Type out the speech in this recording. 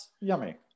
Yummy